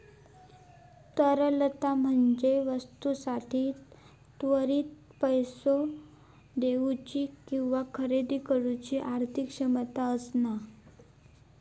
तरलता म्हणजे वस्तूंसाठी त्वरित पैसो देउची किंवा खरेदी करुची आर्थिक क्षमता असणा